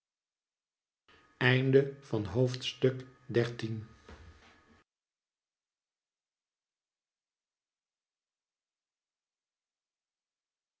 droomde van het